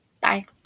bye